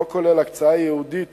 לא כולל הקצאה ייעודית